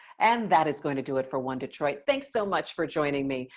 and that is going to do it for one detroit. thanks so much for joining me.